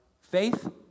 faith